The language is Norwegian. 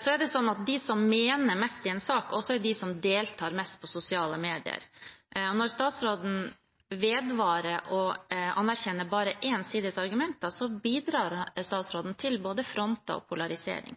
Så er det sånn at de som mener mest i en sak, også er de som deltar mest i sosiale medier. Når statsråden vedvarer å anerkjenne bare én sides argumenter, bidrar statsråden til både fronter og polarisering.